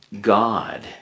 God